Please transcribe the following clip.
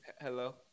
Hello